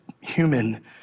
human